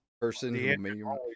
person